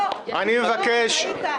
לא, לא, טעית.